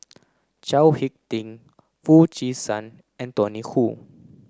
Chao Hick Tin Foo Chee San and Tony Hoo